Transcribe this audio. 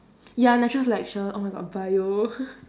ya natural selection oh my god bio